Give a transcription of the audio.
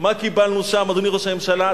מה קיבלנו שם, אדוני ראש הממשלה?